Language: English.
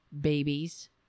babies